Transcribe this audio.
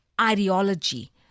ideology